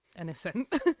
innocent